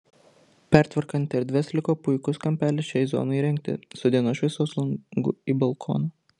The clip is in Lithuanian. pertvarkant erdves liko puikus kampelis šiai zonai įrengti su dienos šviesos langu į balkoną